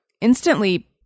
instantly